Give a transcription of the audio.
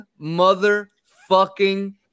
Motherfucking